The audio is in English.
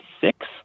six